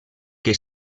que